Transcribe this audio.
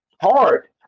hard